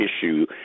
issue